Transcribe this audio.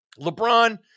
LeBron